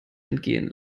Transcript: entgehen